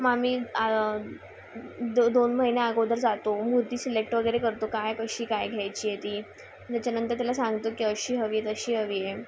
मं आम्ही दो दोन महिने आगोदर जातो गुर्ती सिलेक्ट वगेरे करतो काय कशी काय घ्यायची ती त्याच्यानंतर त्याला सांगतो की अशी हवी तशी हवीय